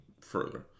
further